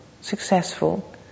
successful